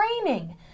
training